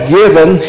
given